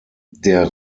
der